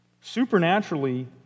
supernaturally